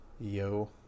yo